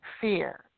fear